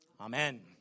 Amen